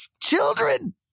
children